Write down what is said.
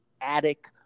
attic